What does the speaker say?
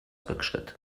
rückschritt